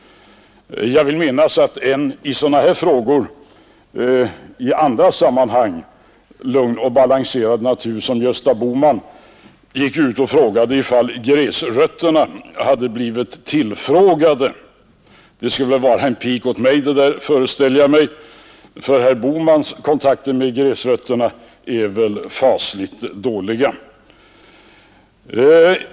Jag vill minnas att en i sådana här frågor i andra sammanhang lugn och balanserad natur som Gösta Bohman undrade om gräsrötterna hade blivit tillfrågade. Jag föreställer mig att det skulle vara en pik åt mig, ty herr Bohmans kontakter med gräsrötterna är väl fasligt dåliga.